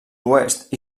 oest